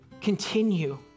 continue